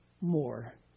more